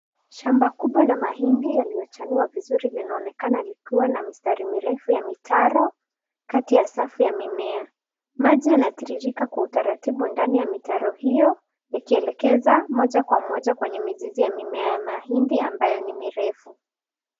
Shamba kubwa la mahindi yaliyochanwa linaonekana likwa na mistari mirefu ya mitaro kati ya safu ya mimea maji yanatiririka kwa utaratibu ndi ya mitaro hio ikieleza moja kwa moja kwenye mizizi ya mimea ya mahindi ambayo ni mirefu.